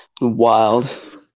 wild